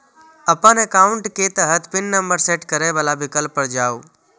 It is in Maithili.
अपन एकाउंट के तहत पिन नंबर सेट करै बला विकल्प पर जाउ